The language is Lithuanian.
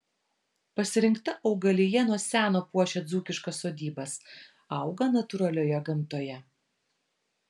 pasirinkta augalija nuo seno puošia dzūkiškas sodybas auga natūralioje gamtoje